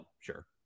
sure